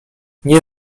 nie